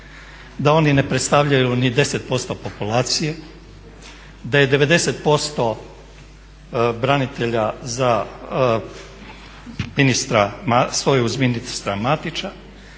da oni ne predstavljaju ni 10% populacije, da je 90% branitelja za ministra,